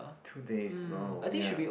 two days wow ya